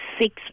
six